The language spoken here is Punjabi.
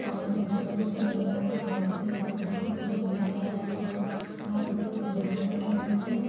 ਮਤਲਬ ਆਪਣੇ ਸਰੀਰ ਨੂੰ ਤੰਦਰੁਸਤੀ ਮਹਿਸੂਸ ਹੁੰਦੀ ਹੈ ਆਪਾਂ ਨੂੰ ਮਹਿਸੂਸ ਹੁੰਦਾ ਹੈ ਕਿ ਅਸੀਂ